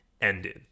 ended